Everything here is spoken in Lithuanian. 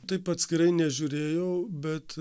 taip atskirai nežiūrėjau bet